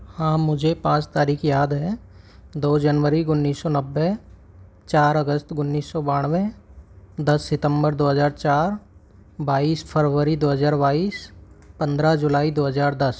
हा मुझे पांच तारीख याद हैं दो जनवरी उन्नीस सौ नब्बे चार अगस्त उन्नीस सौ बानवे दस सितम्बर दो हज़ार चार बाईस फ़रवरी दो हज़ार बाईस पंद्रह जुलाई दो हज़ार दस